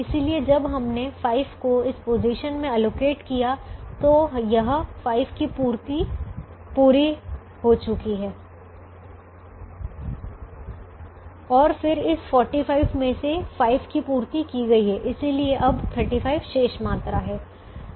इसलिए जब हमने 5 को इस पोजीशन में आवंटित किया तो यह 5 की पूरी पूर्ति हो चुकी है और फिर इस 40 में से 5 की पूर्ति की गई है इसलिए अब 35 शेष मात्रा है